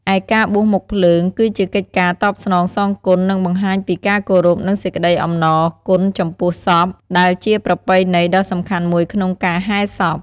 ឯការបួសមុខភ្លើង គឺជាកិច្ចការតបស្នងសងគុណ និងបង្ហាញពីការគោរព និងសេចក្តីអំណរគុណចំពោះសព ដែលជាប្រពៃណីដ៏សំខាន់មួយក្នុងការហែសព។